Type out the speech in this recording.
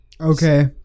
Okay